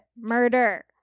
murder